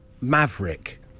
Maverick